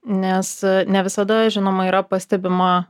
nes ne visada žinoma yra pastebima